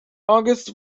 august